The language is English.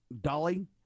Dolly